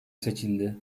seçildi